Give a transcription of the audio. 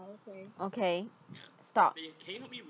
okay stop